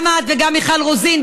גם את וגם מיכל רוזין.